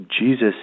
Jesus